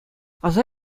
аса